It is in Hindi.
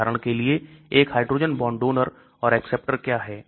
उदाहरण के लिए एक हाइड्रोजन बांड डोनर और एक्सेप्टर क्या है